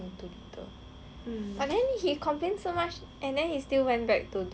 but then he complain so much and then he still went back to do [one] right